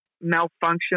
malfunction